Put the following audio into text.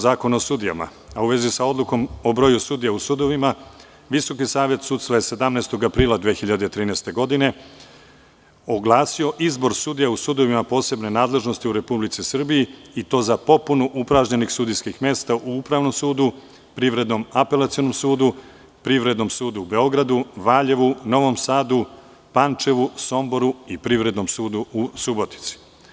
Zakona o sudijama, a u vezi sa Odlukom o broju sudija u sudovima, Visoki savet sudstva je 17. aprila 2013. godine, oglasio izbor sudija u sudovima posebne nadležnosti u Republici Srbiji i to za popunu upražnjenih sudijskih mesta u Upravnom sudu, Privrednom apelacionom sudu, Privrednom sudu u Beogradu, Valjevu, Novom Sadu, Pančevu, Somboru i Privrednom sudu u Subotici.